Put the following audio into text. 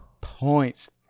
points